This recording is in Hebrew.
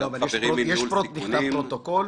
נכתב פרוטוקול.